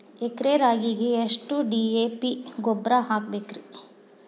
ಎಕರೆ ರಾಗಿಗೆ ಎಷ್ಟು ಡಿ.ಎ.ಪಿ ಗೊಬ್ರಾ ಹಾಕಬೇಕ್ರಿ?